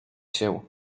się